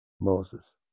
Moses